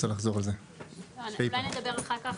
אולי נדבר אחר-כך?